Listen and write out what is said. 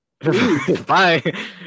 Bye